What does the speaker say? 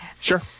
Sure